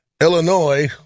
Illinois